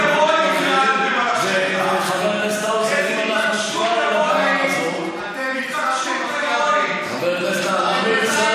חבר הכנסת האוזר היושב-ראש, חבר הכנסת